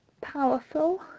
powerful